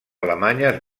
alemanyes